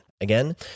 Again